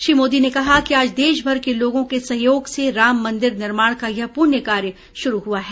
श्री मोदी ने कहा कि आज देशभर के लोगों के सहयोग से राम मन्दिर निर्माण का यह पुण्य कार्य शुरू हुआ है